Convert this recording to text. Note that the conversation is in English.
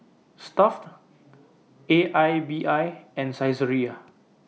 Stuff'd A I B I and Saizeriya